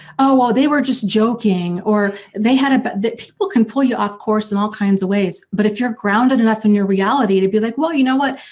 oh, well they were just joking or they had a bet that. people can pull you off course in all kinds of ways, but if you're grounded enough in your reality to be like well you know what,